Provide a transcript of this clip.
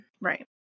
Right